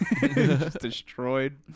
destroyed